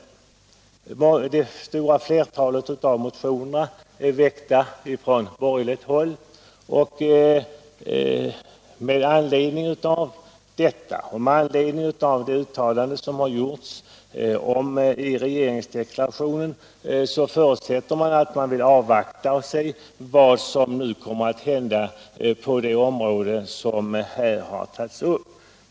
Det stora flertalet av motionerna är väckta från borgerligt håll, och med anledning av detta och det uttalande som har gjorts i regeringsdeklarationen förutsätts att man vill avvakta och se vad som nu kommer att hända på de områden som här har tagits upp.